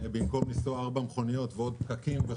במקום לנסוע בארבע מכוניות ולעבור בפקקים.